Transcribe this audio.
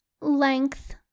length